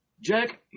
Jack